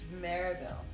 Maribel